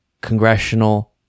Congressional